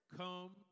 come